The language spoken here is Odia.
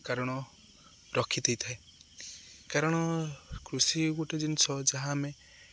କାରଣ ରଖିଦେଇଥାଏ କାରଣ କୃଷି ଗୋଟେ ଜିନିଷ ଯାହା ଆମେ